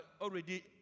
already